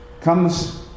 Comes